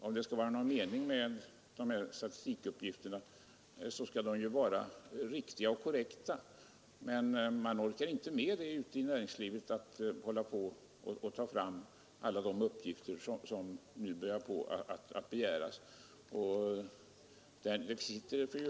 Om det skall vara någon mening med de statistiska uppgifterna, skall de ju vara korrekta, men inom näringslivet orkar man inte hålla på att ta fram alla de uppgifter som myndigheterna nu börjar begära.